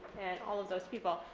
and all of those people.